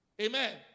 Amen